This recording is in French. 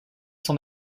son